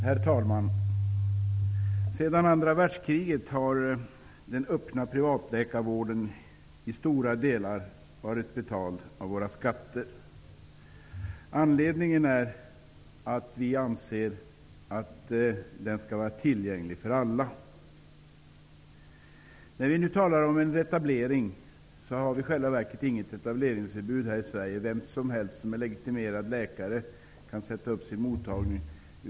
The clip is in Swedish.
Herr talman! Sedan andra världskriget har den öppna privatläkarvården till stora delar betalats med våra skatter. Anledningen är att vi ansett att den skall vara tillgänglig för alla. Nu talar vi om etablering. I själva verket är det inget etableringsförbud i Sverige, utan vem som helst som är legitimerad läkare kan öppna mottagning.